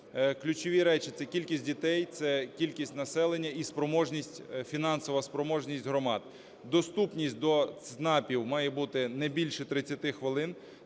Ключові речі – це кількість дітей, це кількість населення і спроможність, фінансова спроможність громад. Доступність до ЦНАПів має бути не більше 30 хвилин,